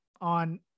on